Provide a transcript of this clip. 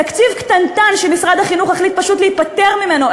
תקציב קטנטן שמשרד החינוך החליט פשוט להיפטר ממנו.